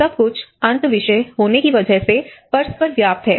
सब कुछ अंतःविषय होने की वजह से परस्पर व्याप्त है